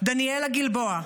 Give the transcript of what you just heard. דניאלה גלבוע,